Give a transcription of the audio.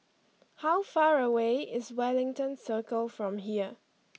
how far away is Wellington Circle from here